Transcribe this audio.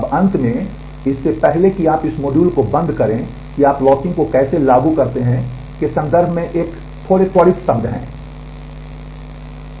अब अंत में इससे पहले कि आप इस मॉड्यूल को बंद करें कि आप लॉकिंग को कैसे लागू करते हैं के संदर्भ में एक त्वरित शब्द है